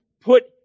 put